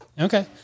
Okay